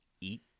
eat